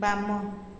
ବାମ